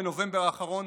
בנובמבר האחרון,